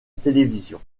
télévision